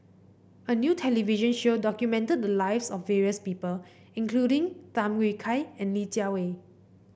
a new television show documented the lives of various people including Tham Yui Kai and Li Jiawei